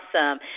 Awesome